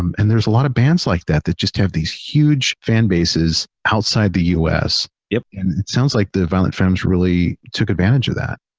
um and there's a lot of bands like that that just have these huge fan bases outside the us. and it sounds like the violent femmes really took advantage of that.